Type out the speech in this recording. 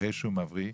אחרי שהילד מבריא,